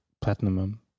platinum